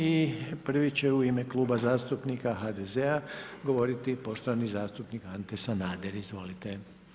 I prvi će u ime Kluba zastupnika HDZ-a govoriti poštovani zastupnik Ante Sanader, izvolite.